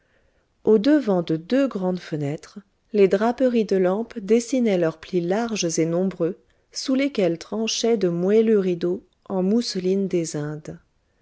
au-devant de deux grandes fenêtres les draperies de lampes dessinaient leurs plis larges et nombreux sous lesquels tranchaient de moelleux rideaux en mousseline des indes